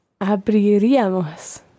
Abriríamos